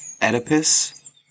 Oedipus